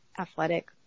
athletic